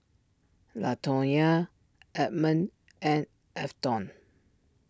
Latonya Edmond and Afton